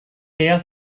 her